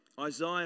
Isaiah